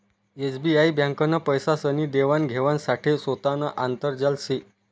SBI ब्यांकनं पैसासनी देवान घेवाण साठे सोतानं आंतरजाल शे